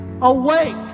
awake